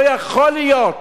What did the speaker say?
לא יכול להיות